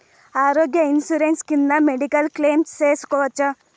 ఆరోగ్య ఇన్సూరెన్సు కింద medical claim సేసుకోవచ్చా?